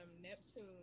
Neptune